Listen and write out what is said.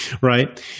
right